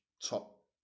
top